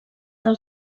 del